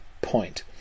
point